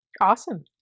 Awesome